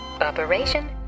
Operation